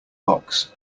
box